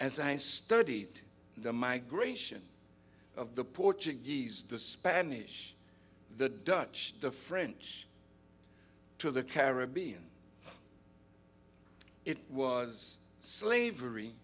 as i studied the migration of the portuguese the spanish the dutch the french to the caribbean it was slavery